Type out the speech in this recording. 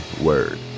Word